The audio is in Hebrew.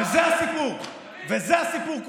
וזה הסיפור כולו.